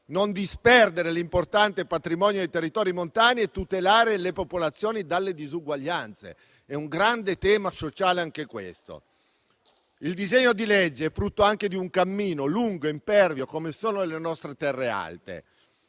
non disperdere l'importante patrimonio dei territori montani e tutelare le popolazioni dalle disuguaglianze. Anche questo è un grande tema sociale. Il disegno di legge è frutto di un cammino lungo e impervio, come sono le nostre terre alte.